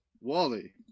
Wally